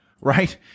Right